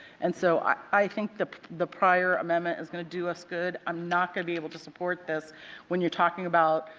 and so i think the the prior amendment is going to do us good. i'm not going to be able to support this when you are talking about,